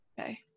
Okay